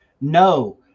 No